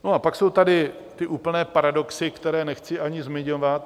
No a pak jsou tady ty úplně paradoxy, které nechci ani zmiňovat.